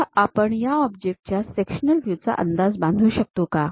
आता आपण या ऑब्जेक्ट च्या सेक्शनल व्ह्यू चा अंदाज बांधू शकतो का